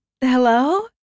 hello